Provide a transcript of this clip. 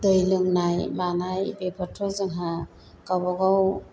दै लोंनाय मानाय बेफोरखौ जोंहा गावबा गाव